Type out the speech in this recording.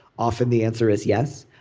often the answer is yes.